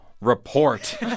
report